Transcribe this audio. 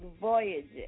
voyages